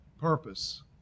purpose